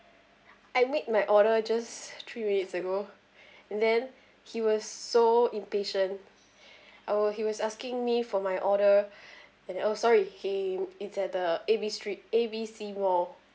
I made my order just three minutes ago and then he was so impatient I was he was asking me for my order and oh sorry he it's at the A B street A B C mall